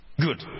Good